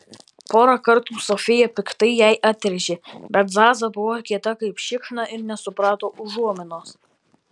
porą kartų sofija piktai jai atrėžė bet zaza buvo kieta kaip šikšna ir nesuprato užuominos